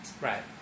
right